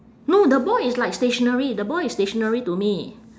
no the ball is like stationary the ball is stationary to me